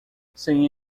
sem